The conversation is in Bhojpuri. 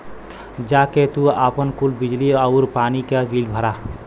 जा के तू आपन कुल बिजली आउर पानी क बिल भरा